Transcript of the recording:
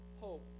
hope